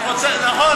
נכון,